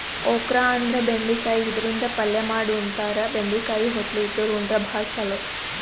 okra ಅಂದ್ರ ಬೆಂಡಿಕಾಯಿ ಇದರಿಂದ ಪಲ್ಯ ಮಾಡ್ ಉಣತಾರ, ಬೆಂಡಿಕಾಯಿ ಹೊಟ್ಲಿ ಇದ್ದೋರ್ ಉಂಡ್ರ ಭಾಳ್ ಛಲೋ